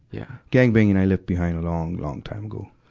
yeah gang-banging i left behind a long, long time ago.